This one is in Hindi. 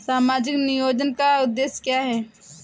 सामाजिक नियोजन का उद्देश्य क्या है?